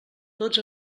tots